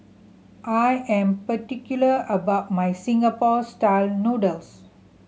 I am particular about my Singapore Style Noodles